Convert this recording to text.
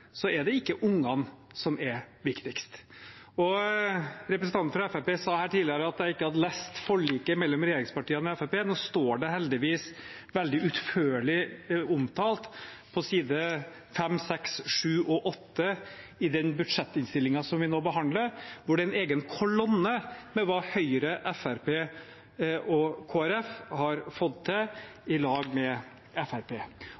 er det ikke ungene som er viktigst. Representanten fra Fremskrittspartiet sa tidligere at jeg ikke hadde lest forliket mellom regjeringspartiene og Fremskrittspartiet. Nå står det heldigvis veldig utførlig omtalt på sidene 5, 6, 7 og 8 i den budsjettinnstillingen som vi nå behandler, hvor det er en egen kolonne med det Høyre, Venstre og Kristelig Folkeparti har fått til